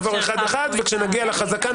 נעבור אחד-אחד וכשנגיע לחזקה,